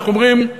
איך אומרים,